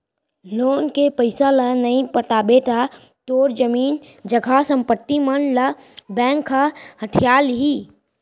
loan के पइसा ल नइ पटाबे त तोर जमीन जघा संपत्ति मन ल बेंक ह हथिया लिही